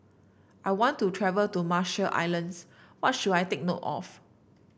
I want to travel to Marshall Islands What should I take note of